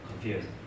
confused